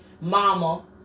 mama